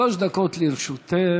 שלוש דקות לרשותך.